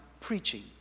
preaching